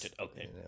Okay